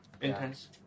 intense